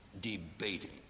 debating